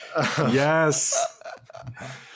yes